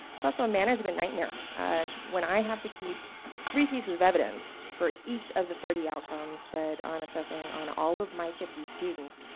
it's also a management nightmare when i have to keep three pieces of evidence for each of the thirty outcomes that i'm assessing on all of my fifty students.